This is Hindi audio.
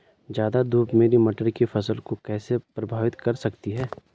ज़्यादा धूप मेरी मटर की फसल को कैसे प्रभावित कर सकती है?